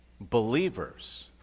believers